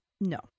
No